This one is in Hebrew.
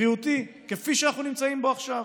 בריאותי, כפי שאנחנו נמצאים בו עכשיו.